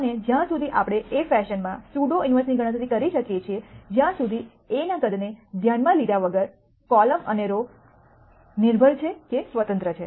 અને જ્યાં સુધી આપણે એ ફેશનમાં સ્યુડો ઇન્વર્સની ગણતરી કરી શકીએ છીએ જ્યાં સુધી A નાં કદને ધ્યાનમાં લીધા વગર કોલમ અને રો નિર્ભર છે કે સ્વતંત્ર છે